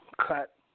cut